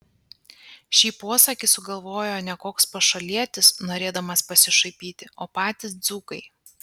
šį posakį sugalvojo ne koks pašalietis norėdamas pasišaipyti o patys dzūkai